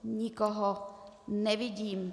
Nikoho nevidím.